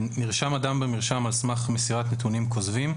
נרשם אדם במרשם על סמך מסירת נתונים כוזבים,